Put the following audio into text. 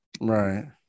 Right